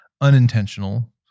unintentional